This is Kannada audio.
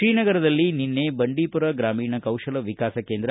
ಶ್ರೀನಗರದಲ್ಲಿ ನಿನ್ನೆ ಬಂಡೀಪುರ ಗ್ರಾಮೀಣ ಕೌಶಲ ವಿಕಾಸ ಕೇಂದ್ರ